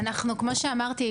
כמו שאמרתי,